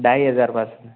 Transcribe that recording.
ढाई हजारपासून